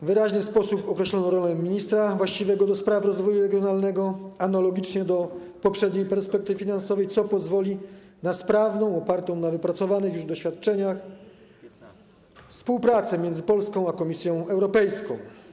W wyraźny sposób określona została rola ministra właściwego do spraw rozwoju regionalnego, analogicznie do poprzedniej perspektywy finansowej, co pozwoli na sprawną i opartą na wypracowanych już doświadczeniach współpracę między Polską a Komisją Europejską.